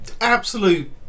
absolute